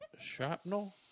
shrapnel